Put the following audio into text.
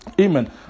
Amen